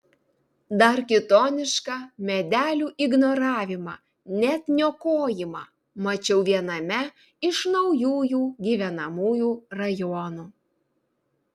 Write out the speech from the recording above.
dar kitonišką medelių ignoravimą net niokojimą mačiau viename iš naujųjų gyvenamųjų rajonų